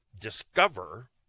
discover